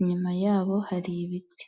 inyuma yabo hari ibiti.